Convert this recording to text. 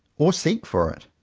or seek for it.